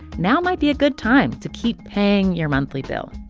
now might be a good time to keep paying your monthly bill.